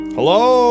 Hello